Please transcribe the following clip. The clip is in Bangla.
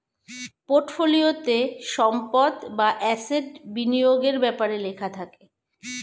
পোর্টফোলিওতে সম্পদ বা অ্যাসেট বিনিয়োগের ব্যাপারে লেখা থাকে